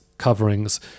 coverings